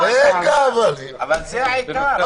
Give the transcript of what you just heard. אבל זה העיקר.